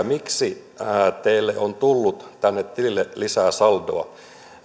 miksi teille on tullut tänne tilille lisää saldoa